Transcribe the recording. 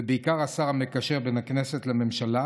ובעיקר השר המקשר בין הכנסת לממשלה,